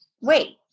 wait